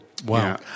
Wow